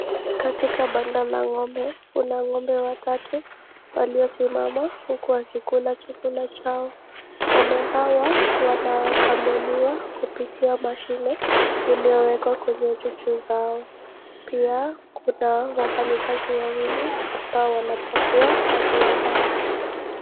Katika banda la ngombe kuna ngombe watatu waliosimama huku wakikula chakula chao. Ngombe hawa wanakamuliwa kupitia mashine iliyoowekwa kwenye chuchu zao . Pia kuna wafanyakazi wawili ambao wanpakua maziwa haya.